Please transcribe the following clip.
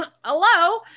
Hello